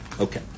Okay